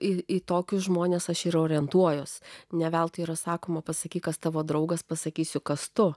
į tokius žmones aš ir orientuojuosi ne veltui yra sakoma pasakyk kas tavo draugas pasakysiu kas tu